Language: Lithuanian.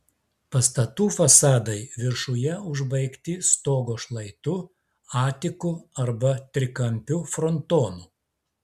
pastatų fasadai viršuje užbaigti stogo šlaitu atiku arba trikampiu frontonu